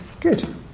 Good